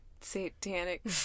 satanic